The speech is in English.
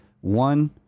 one